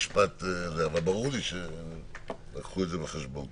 אבל ברור לי שהביאו את זה בחשבון.